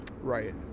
Right